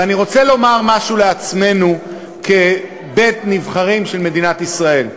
ואני רוצה לומר משהו לעצמנו כבית-הנבחרים של מדינת ישראל.